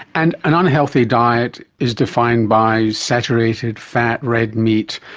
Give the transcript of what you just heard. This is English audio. and an unhealthy diet is defined by saturated fat, red meat,